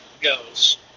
goes